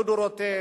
דודו רותם,